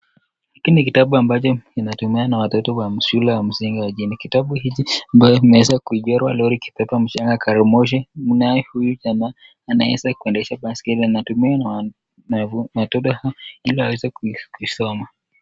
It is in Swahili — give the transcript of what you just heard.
Hiki ni kitabu ambacho kinatumika na watoto wa shule wa msingi wa jini, kitabu hiji, ambae kimeeza kuichorwa msichana akibebwa na gari moshi kunaye mtu tena, ameweza kuendesha baiskeli, anatumiwa na mwa, natobe hili aweze kuisoma.